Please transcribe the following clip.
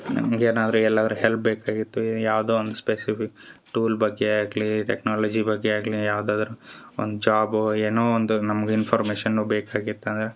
ನಮ್ಗೆ ಏನಾದರೂ ಎಲ್ಲಾದರು ಹೆಲ್ಪ್ ಬೇಕಾಗಿತ್ತು ಯಾವುದೋ ಒಂದು ಸ್ಪೆಸಿಫಿಕ್ ಟೂಲ್ ಬಗ್ಗೆ ಆಗಲಿ ಟೆಕ್ನಾಲಜಿ ಬಗ್ಗೆ ಆಗಲಿ ಯಾವುದಾದರು ಒಂದು ಜಾಬು ಏನೋ ಒಂದು ನಮ್ಗೆ ಇನ್ಫಾರ್ಮೇಷನ್ನು ಬೇಕಾಗಿತ್ತಂದ್ರ